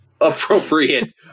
appropriate